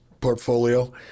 portfolio